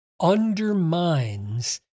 undermines